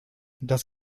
das